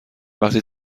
وقتی